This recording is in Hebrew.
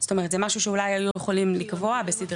זאת אומרת, זה משהו שאולי היו יכולים לקבוע בסדרי